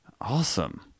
Awesome